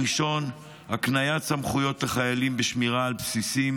הראשון, הקניית סמכויות לחיילים בשמירה על בסיסים.